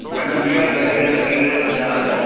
madam इहा गाॾी आहे लॻी करे पंजाह हज़ार